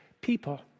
people